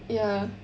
ya